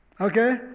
Okay